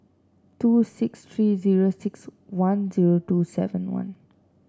two six three zero six one zero two seven one